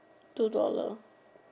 two dollar